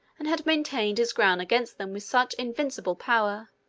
and had maintained his ground against them with such invincible power,